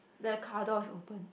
the car door is open